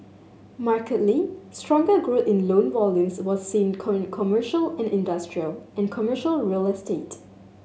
markedly stronger growth in loan volumes was seen commercial and industrial and commercial real estate